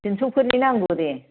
थिनसफोरनि नांगौ दे